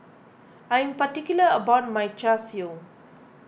I am particular about my Char Siu